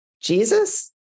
Jesus